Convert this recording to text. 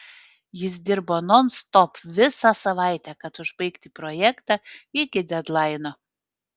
jis dirbo nonstop visą savaitę kad užbaigti projektą iki dedlaino